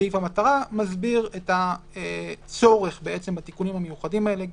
סעיף המטרה מסביר את הצורך בתיקונים המיוחדים האלה.